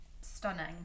stunning